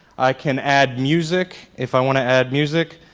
i can add music, if i want to add music.